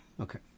Okay